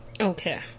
Okay